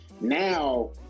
Now